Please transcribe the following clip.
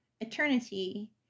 eternity